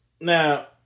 Now